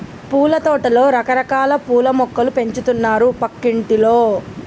పూలతోటలో రకరకాల పూల మొక్కలు పెంచుతున్నారు పక్కింటోల్లు